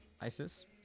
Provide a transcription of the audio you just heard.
Isis